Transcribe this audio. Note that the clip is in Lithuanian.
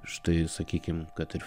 štai sakykim kad ir